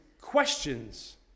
questions